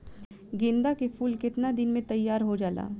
गेंदा के फूल केतना दिन में तइयार हो जाला?